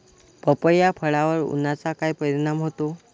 पपई या फळावर उन्हाचा काय परिणाम होतो?